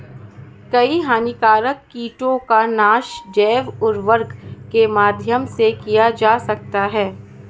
कई हानिकारक कीटों का नाश जैव उर्वरक के माध्यम से किया जा सकता है